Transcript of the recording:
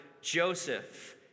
Joseph